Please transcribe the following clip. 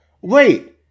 wait